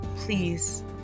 Please